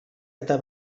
eta